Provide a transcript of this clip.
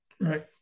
right